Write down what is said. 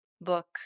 book